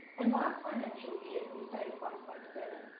and last financial year, we saved one point seven